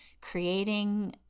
creating